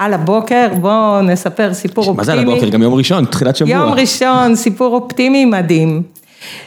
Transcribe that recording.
על הבוקר בואו נספר סיפור אופטימי. מה זה על הבוקר? גם יום ראשון, תחילת שבוע. יום ראשון, סיפור אופטימי מדהים.